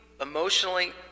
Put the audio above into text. emotionally